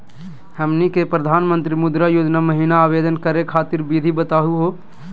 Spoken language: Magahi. हमनी के प्रधानमंत्री मुद्रा योजना महिना आवेदन करे खातीर विधि बताही हो?